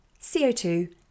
CO2